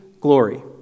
glory